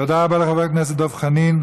תודה רבה לחבר הכנסת דב חנין.